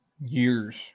years